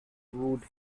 would